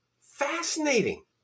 fascinating